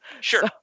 Sure